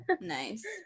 Nice